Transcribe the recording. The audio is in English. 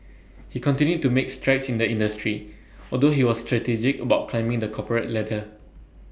he continued to make strides in the industry although he was strategic about climbing the corporate ladder